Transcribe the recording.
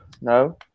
No